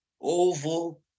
oval